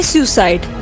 Suicide